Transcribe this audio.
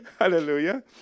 hallelujah